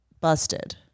busted